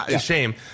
Shame